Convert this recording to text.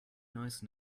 nice